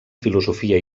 filosofia